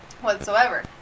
whatsoever